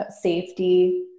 safety